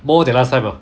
more than last time lah